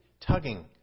tugging